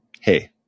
hey